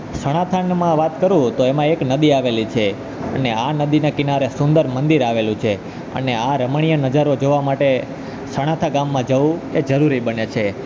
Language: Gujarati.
સણાથામાં વાત કરું તો એમાં એક નદી આવેલી છે અને આ નદીના કિનારે સુંદર મંદિર આવેલું છે અને આ રમણીય નજારો જોવા માટે સણાથા ગામમાં જવું એ જરૂરી બને છે